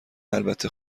البته